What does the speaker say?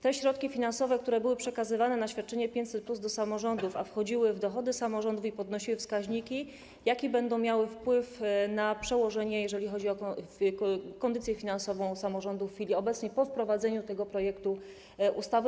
Te środki finansowe, które były przekazywane na świadczenie 500+ do samorządów, a wchodziły w dochody samorządów i podnosiły wskaźniki, jaki będą miały wpływ, jakie przełożenie, jeżeli chodzi o kondycję finansową samorządów w chwili obecnej po wprowadzeniu tego projektu ustawy?